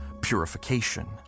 purification